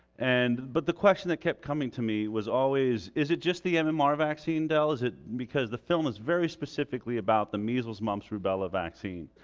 and but the question that kept coming to me was always is it just the um and mmr vaccine, del? is it because the film is very specifically about the measles mumps rubella vaccine.